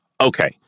okay